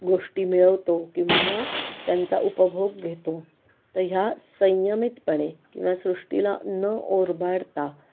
गोष्टी मिळवतो किंवा त्यांचा उपभोग घेतो तर ह्या संयमितपणे किंवा सृष्टीला न ओरबाडता